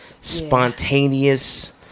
spontaneous